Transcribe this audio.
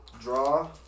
draw